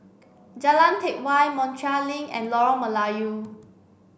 Jalan Teck Whye Montreal Link and Lorong Melayu